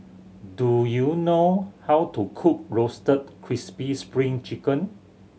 do you know how to cook Roasted Crispy Spring Chicken